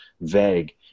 vague